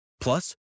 Plus